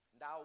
now